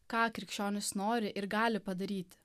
ką krikščionys nori ir gali padaryti